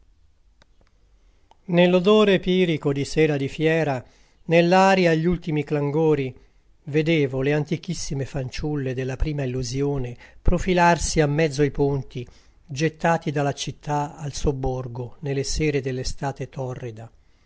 campana nell'odore pirico di sera di fiera nell'aria gli ultimi clangori vedevo le antichissime fanciulle della prima illusione profilarsi a mezzo i ponti gettati da la città al sobborgo ne le sere dell'estate torrida